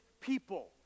people